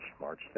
March